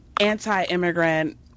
anti-immigrant